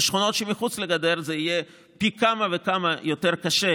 בשכונות שמחוץ לגדר זה יהיה פי כמה וכמה יותר קשה,